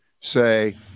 say